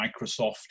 Microsoft